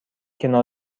کنار